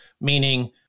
Meaning